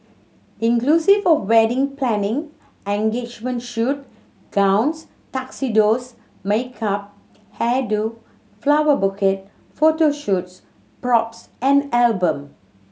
inclusive of wedding planning engagement shoot gowns tuxedos makeup hair do flower bouquet photo shoots props and album